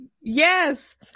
Yes